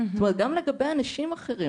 גם לגבי אנשים אחרים.